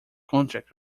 contract